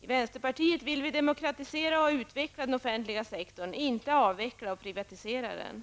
Vi i vänsterpartiet vill demokratisera och utveckla den offentliga sektorn, inte avveckla och privatisera den.